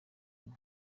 imwe